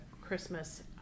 Christmas